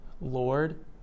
Lord